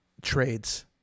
trades